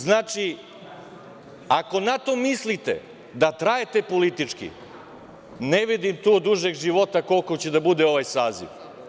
Znači, ako na to mislite da trajete politički, ne vidim tu dužeg života koliko će da bude ovaj saziv.